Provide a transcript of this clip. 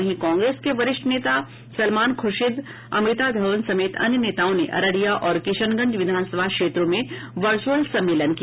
वहीं कांग्रेस के वरिष्ठ नेता सलमान खुर्शीद अमृता धवन समेत अन्य नेताओं ने अररिया और किशनगंज विधानसभा क्षेत्रों में वर्चूअल सम्मेलन किया